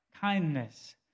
kindness